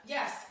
Yes